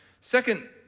Second